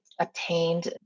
obtained